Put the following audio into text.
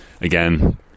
Again